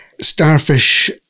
Starfish